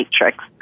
matrix